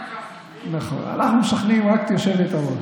נכון, אנחנו משכנעים רק את היושבת-ראש.